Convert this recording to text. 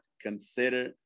consider